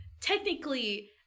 technically